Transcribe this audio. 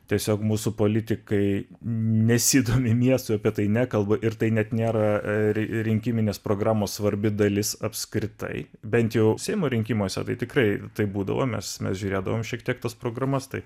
tiesiog mūsų politikai nesidomi miestu apie tai nekalba ir tai net nėra rinkiminės programos svarbi dalis apskritai bent jau seimo rinkimuose tai tikrai taip būdavo mes mes žiūrėdavome šiek tiek tas programas tai